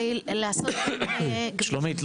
שלומית,